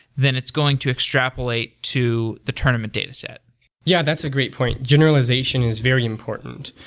then it's going to extrapolate to the tournament dataset yeah, that's a great point. generalization is very important.